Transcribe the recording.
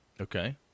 Okay